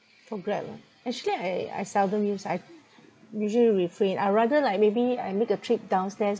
for Grab ah actually I I seldom use I usually refrain I rather like maybe I make a trip downstairs